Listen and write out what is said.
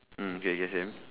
mm K K same